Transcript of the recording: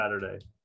Saturday